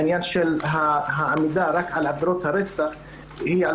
עניין העמידה רק על עבירות הרצח עלולה